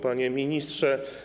Panie Ministrze!